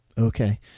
Okay